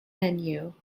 menu